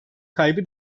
kaybı